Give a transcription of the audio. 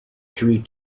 three